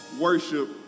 worship